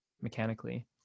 mechanically